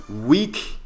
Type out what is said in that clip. Week